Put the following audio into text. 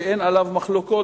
שאין עליו מחלוקות,